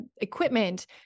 equipment